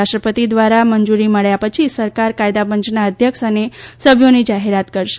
રાષ્ટ્રપતિ દ્વારા મંજુરી મળયા પછી સરકાર કાયદાપંચના અધ્યક્ષ અને સભ્યોની જાહેરાત કરશે